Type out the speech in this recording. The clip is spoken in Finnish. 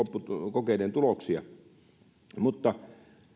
kokeiden tuloksia kirjoitellaan mutta